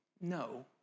no